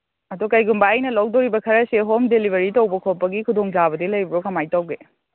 ꯑꯗꯨ ꯀꯩꯒꯨꯝꯕ ꯑꯩꯅ ꯂꯧꯗꯣꯔꯤꯕ ꯈꯔꯁꯦ ꯍꯣꯝ ꯗꯦꯂꯤꯕꯔꯤ ꯇꯧꯕ ꯈꯣꯠꯄꯒꯤ ꯈꯨꯗꯣꯡꯆꯥꯕꯗꯤ ꯂꯩꯕ꯭ꯔꯣ ꯀꯃꯥꯏꯅ ꯇꯧꯒꯦ